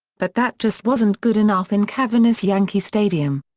but that just wasn't good enough in cavernous yankee stadium.